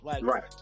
right